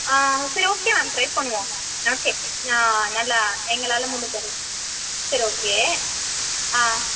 ஆ சரி okay ma'am try பண்ணுவோம் okay நான் நல்லா எங்களால் முடிஞ்சளவுக்கு சரி ஓகே ஆ